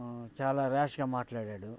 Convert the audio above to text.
చాలా ర్యాష్గా మాట్లాడాడు